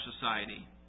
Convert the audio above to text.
society